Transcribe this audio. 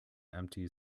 empty